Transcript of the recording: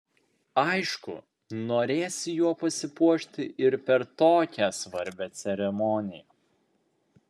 aišku norėsi juo pasipuošti ir per tokią svarbią ceremoniją